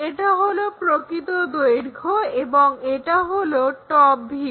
এটি হলো প্রকৃত দৈর্ঘ্য এবং এটা হলো টপ ভিউ